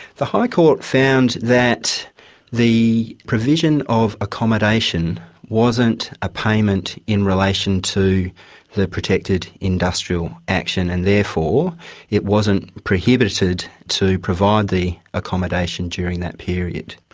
the high court found that the provision of accommodation wasn't a payment in relation to the protected industrial action, and therefore it wasn't prohibited to provide the accommodation during that period.